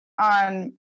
on